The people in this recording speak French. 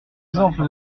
exemple